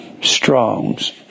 strongs